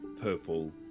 purple